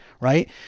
Right